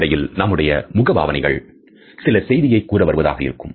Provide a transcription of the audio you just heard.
அடிப்படையில் நம் முகபாவனைகள் சில செய்தியை கூற வருவதாக இருக்கும்